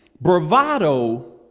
bravado